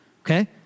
okay